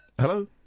hello